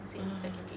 uh